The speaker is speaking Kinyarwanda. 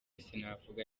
sinavuga